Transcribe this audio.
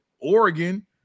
Oregon